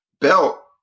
belt